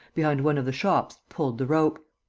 behind one of the shops pulled the rope.